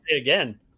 again